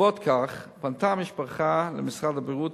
בעקבות זאת פנתה המשפחה למשרד הבריאות,